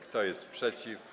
Kto jest przeciw?